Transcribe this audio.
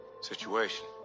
situation